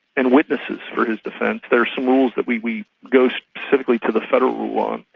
and witnesses for his defence. there are some rules that we we go specifically to the federal rule on.